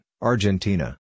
Argentina